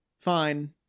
fine